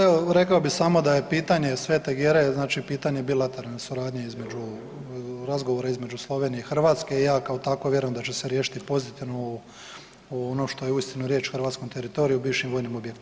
Evo rekao bi samo da je pitanje Svete Gere znači pitanje bilateralne suradnje između, razgovora između Slovenije i Hrvatske i ja kao tako vjerujem da će se riješiti pozitivno u, u ono što je uistinu riječ o hrvatskom teritoriju, o bivšim vojnim objektima.